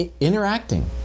interacting